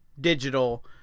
digital